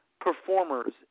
Performers